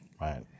Right